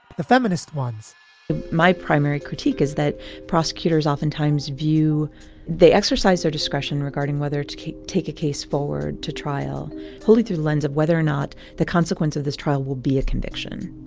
the feminist ones my primary critique is that prosecutors oftentimes view they exercise their discretion regarding whether to take a case forward to trial wholly through the lens of whether or not the consequence of this trial will be a conviction.